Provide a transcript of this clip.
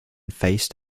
phased